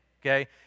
Okay